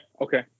okay